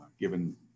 given